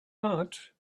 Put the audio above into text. heart